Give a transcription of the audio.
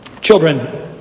Children